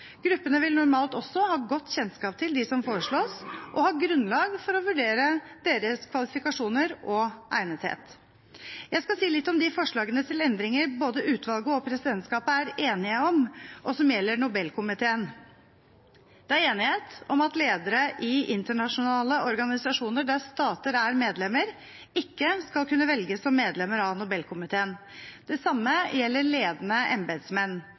Gruppene vil normalt også ha god kjennskap til dem som foreslås, og ha grunnlag for å vurdere deres kvalifikasjoner og egnethet. Jeg skal si litt om de forslagene til endringer både utvalget og presidentskapet er enige om, og som gjelder Nobelkomiteen. Det er enighet om at ledere i internasjonale organisasjoner der stater er medlemmer, ikke skal kunne velges som medlemmer av Nobelkomiteen. Det samme gjelder ledende embetsmenn.